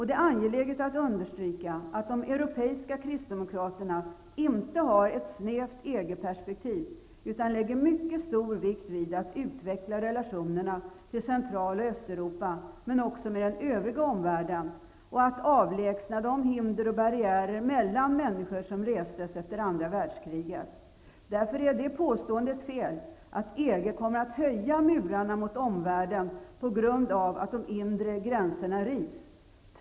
Det är angeläget att understryka att de europeiska kristdemokraterna inte har ett snävt EG-perspektiv, utan att de lägger mycket stor vikt vid att utveckla relationerna till Central och Östeuropa, men även med den övriga omvärlden och vid att avlägsna de hinder och barriärer mellan människor som restes efter andra världskriget. Därför är påståendet att EG kommer att höja murarna mot omvärlden på grund av att de inre gränserna rivs felaktigt.